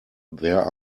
there